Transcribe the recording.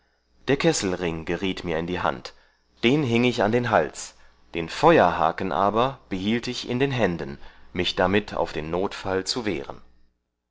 der kesselring geriet mir in die händ den hieng ich an den hals den feuerhaken aber behielt ich in den händen mich damit auf den notfall zu wehren